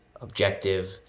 objective